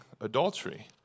adultery